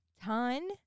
Ton